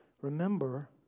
remember